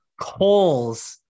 coals